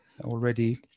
already